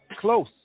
close